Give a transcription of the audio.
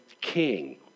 king